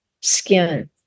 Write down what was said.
skin